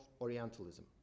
Orientalism